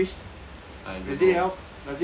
does it help does it help